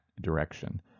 direction